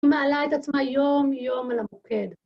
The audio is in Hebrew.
היא מעלה את עצמה יום יום על המוקד.